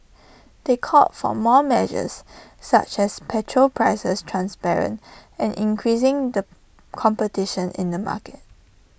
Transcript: they called for more measures such as petrol prices transparent and increasing the competition in the market